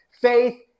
Faith